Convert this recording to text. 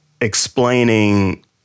explaining